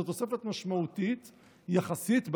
זאת תוספת משמעותית יחסית,